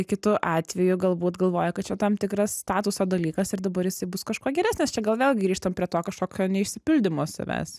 kitu atveju galbūt galvoja kad čia tam tikras statuso dalykas ir dabar jisai bus kažkuo geresnis čia gal vėl grįžtam prie to kažkokio neišsipildymo savęs